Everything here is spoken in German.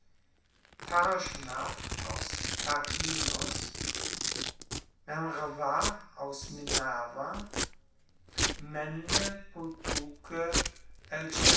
aus tarquinius menrva aus minerva